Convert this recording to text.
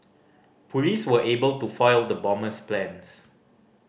police were able to foil the bomber's plans